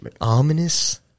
Ominous